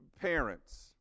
Parents